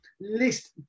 list